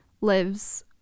lives